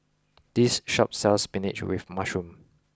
this shop sells Spinach with mushroom